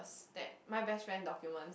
that my best friend document